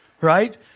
right